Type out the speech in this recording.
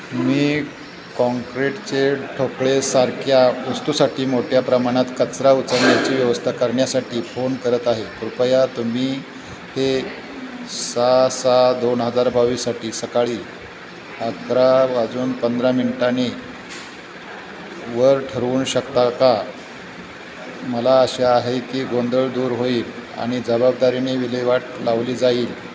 मी काँक्रीटचे ठोकळेसारख्या वस्तूसाठी मोठ्या प्रमाणात कचरा उचलण्याची व्यवस्था करण्यासाठी फोन करत आहे कृपया तुम्ही हे सहा सहा दोन हजार बावीसाठी सकाळी अकरा वाजून पंधरा मिनटानी वर ठरवून शकता का मला आशा आहे की गोंधळ दूर होईल आणि जबाबदारीने विल्हेवाट लावली जाईल